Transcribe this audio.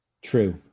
True